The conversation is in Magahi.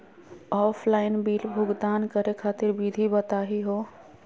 ऑफलाइन बिल भुगतान करे खातिर विधि बताही हो?